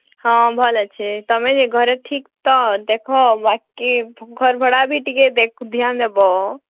ହଁ ଭଲ୍ ଅଛେ ତମେ ଯେ ଘରେ ଠିକ୍ ତ ଦେଖ ବାକି ଘର୍ ଭଡ଼ା ବି ଟିକେ ଧ୍ୟାନ୍ ଦେବ